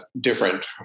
different